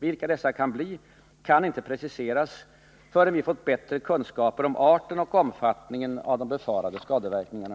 Vilka dessa kan bli kan inte preciseras förrän vi fått bättre kunskaper om arten och omfattningen av de befarade skadeverkningarna.